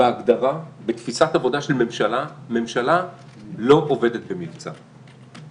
בתפיסת עבודה של ממשלה, ממשלה לא עובדת במבצע.